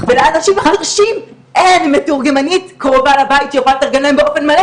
ולאנשים חרשים אין מתורגמנית קרוב לבית שיכולה לתרגם להם באופן מלא.